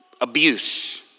abuse